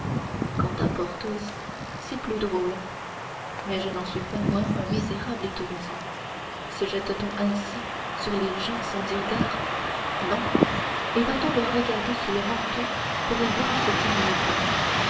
quant à porthos c'est plus drôle mais je n'en suis pas moins un misérable étourdi se jette t on ainsi sur les gens sans dire gare non et va-t-on leur regarder sous le manteau pour y voir ce qui n'y est pas